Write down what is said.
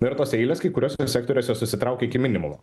ir tos eilės kai kuriuose sektoriuose susitraukė iki minimumo